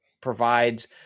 provides